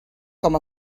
com